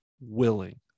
willing